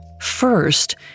First